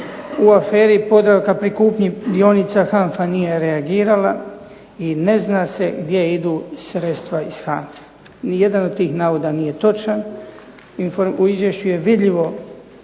u aferi Podravka, pri kupnji dionica HANFA nije reagirala i ne zna se gdje idu sredstva iz HANFA-e. Nijedan od tih navoda nije točan. U izvješću je vidljivo